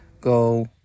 go